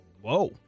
Whoa